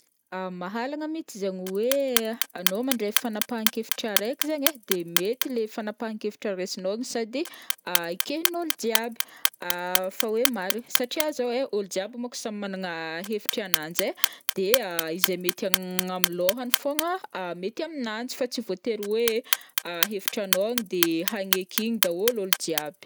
Mahalagna mihitsy izaign hoe anao mandray fanapahankevitra araiky zaigny ai de mety leha fanapahankevitra raisinao sady ikehin'ôlo jiaby fa hoe marigny satria zao ai ôlo jiaby mônko samy managna hevitry ananjy ai de izay mety am- am' lôhany fogna mety aminanjy fa tsy voatery hoe hevitranao igny de hagneky igny dahôlo ôlo ijiaby.